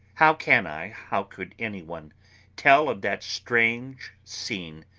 how can i how could any one tell of that strange scene,